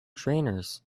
trainers